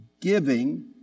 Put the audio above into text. giving